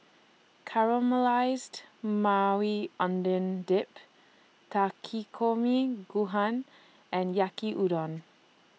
Caramelized Maui Onion Dip Takikomi Gohan and Yaki Udon